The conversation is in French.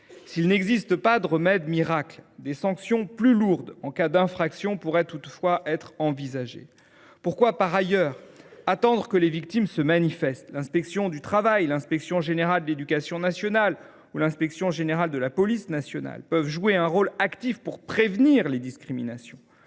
S’il n’existe pas de remède miracle, des sanctions plus lourdes en cas d’infractions pourraient toutefois être envisagées. Pourquoi, par ailleurs, attendre que les victimes se manifestent ? L’inspection du travail, l’inspection générale de l’éducation nationale ou l’inspection générale de la police nationale peuvent jouer un rôle actif pour prévenir les discriminations.